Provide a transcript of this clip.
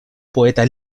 poeta